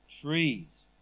trees